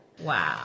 wow